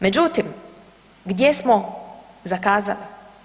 Međutim, gdje smo zakazali?